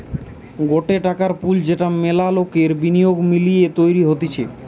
গটে টাকার পুল যেটা মেলা লোকের বিনিয়োগ মিলিয়ে তৈরী হতিছে